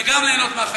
וגם ליהנות מהחקלאות.